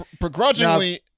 begrudgingly